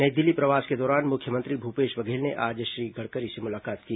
नई दिल्ली प्रवास के दौरान मुख्यमंत्री भूपेश बघेल ने आज श्री गडकरी से मुलाकात की